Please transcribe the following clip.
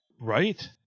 Right